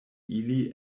ili